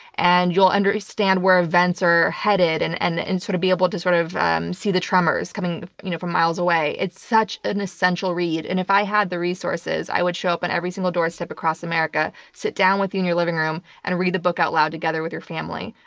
and you'll understand where events are headed and and sort of be able to sort of see the tremors coming you know from miles away. it's such an essential read, and if i had the resources, i would show up at every single doorstep across america, sit down with you in your living room and read the book out loud together with your family.